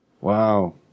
Wow